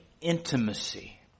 intimacy